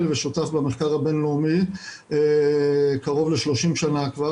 ושותף במחקר הבינלאומי קרוב ל-30 שנה כבר,